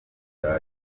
bya